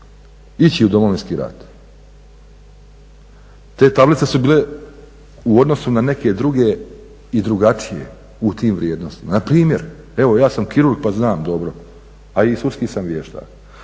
ići u Domovinski rat. Te tablice su bile u odnosu na neke druge i drugačije u tim vrijednostima. Na primjer, evo ja sam kirurg pa znam dobro a i sudski sam vještak.